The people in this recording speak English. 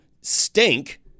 stink